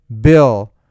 Bill